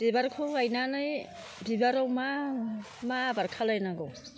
बिबारखौ गायनानै बिबाराव मा मा आबाद खालामनांगौ